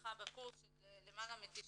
הצלחה בקורס שזה למעלה מ-90%,